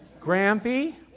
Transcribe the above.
grampy